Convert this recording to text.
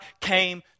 came